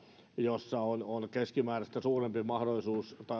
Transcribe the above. jossa on on keskimääräistä suurempi mahdollisuus